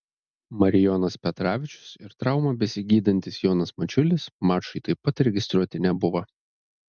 marijonas petravičius ir traumą besigydantis jonas mačiulis mačui taip pat registruoti nebuvo